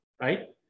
right